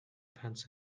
pants